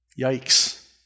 Yikes